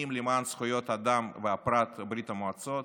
למען זכויות אדם והפרט בברית המועצות,